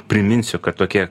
priminsiu kad tokie